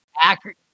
accurate